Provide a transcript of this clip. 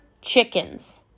chickens